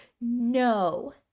no